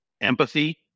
empathy